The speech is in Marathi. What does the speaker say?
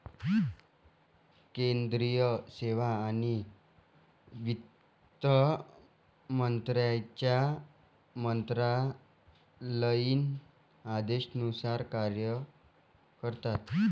केंद्रीय सेवा आणि वित्त मंत्र्यांच्या मंत्रालयीन आदेशानुसार कार्य करतात